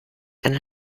einer